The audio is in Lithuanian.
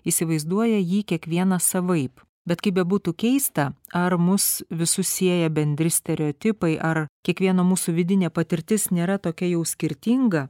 įsivaizduoja jį kiekvienas savaip bet kaip bebūtų keista ar mus visus sieja bendri stereotipai ar kiekvieno mūsų vidinė patirtis nėra tokia jau skirtinga